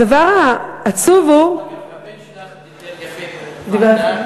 הדבר העצוב הוא, הבן שלך דיבר יפה בוועדה,